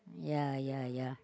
yeah yeah yeah